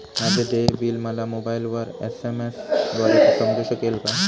माझे देय बिल मला मोबाइलवर एस.एम.एस द्वारे समजू शकेल का?